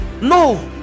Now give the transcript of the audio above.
No